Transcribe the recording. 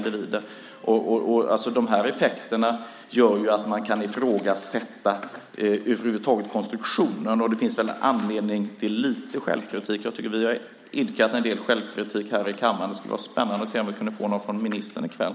De här effekterna gör att man kan ifrågasätta över huvud taget konstruktionen. Det finns väl anledning till lite självkritik. Jag tycker inte att vi kunnat höra någon självkritik i kammaren. Det skulle vara spännande om vi kunde få höra något från ministern i kväll.